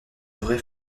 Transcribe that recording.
vrai